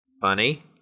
funny